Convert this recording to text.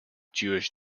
jewish